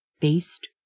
based